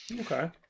Okay